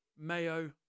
mayo